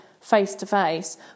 face-to-face